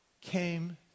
came